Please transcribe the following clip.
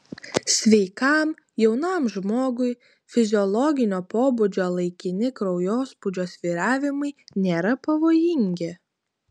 sveikam jaunam žmogui fiziologinio pobūdžio laikini kraujospūdžio svyravimai nėra pavojingi